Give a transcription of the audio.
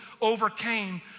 overcame